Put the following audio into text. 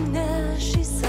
ne šis